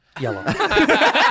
Yellow